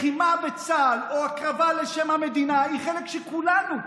לחימה בצה"ל או הקרבה לשם המדינה היא חלק שכולנו,